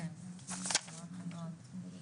בסופו של דבר אני הייתי בצד שלכם בעבר ואני